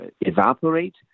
evaporate